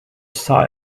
saw